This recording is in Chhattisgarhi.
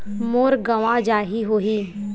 मोर गंवा जाहि का होही?